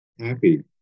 happy